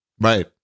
Right